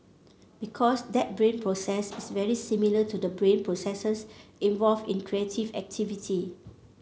because that brain process is very similar to the brain processes involved in creative activity